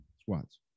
squats